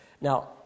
Now